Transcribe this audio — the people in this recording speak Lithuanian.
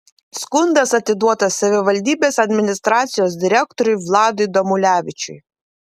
skundas atiduotas savivaldybės administracijos direktoriui vladui damulevičiui